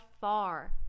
far